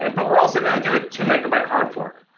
and but we're also going to do a two megabyte hard fork.